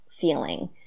feeling